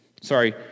Sorry